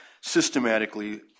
systematically